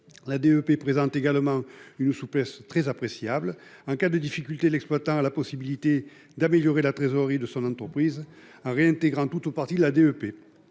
La DEP présente également une souplesse très appréciable. En cas de difficulté, l'exploitant a la possibilité d'améliorer la trésorerie de son entreprise, en réintégrant tout ou partie de la DEP.